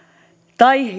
tai